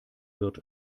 wird